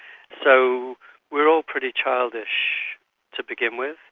so we are all pretty childish to begin with.